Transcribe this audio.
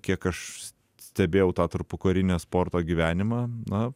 kiek aš stebėjau tą tarpukarinio sporto gyvenimą na